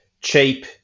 Cheap